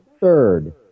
third